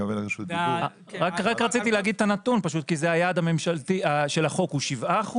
היעד של החוק הוא 7%,